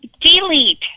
delete